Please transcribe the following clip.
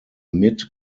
mid